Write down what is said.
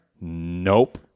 Nope